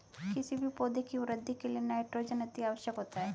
किसी भी पौधे की वृद्धि के लिए नाइट्रोजन अति आवश्यक होता है